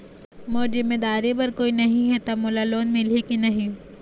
मोर जिम्मेदारी बर कोई नहीं हे त मोला लोन मिलही की नहीं?